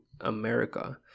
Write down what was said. America